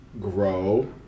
grow